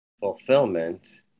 fulfillment